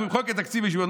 נמחק את תקציב הישיבות.